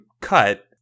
cut